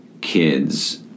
kids